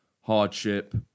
hardship